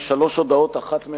הצבעתך